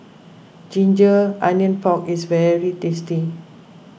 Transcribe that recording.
Ginger Onions Pork is very tasty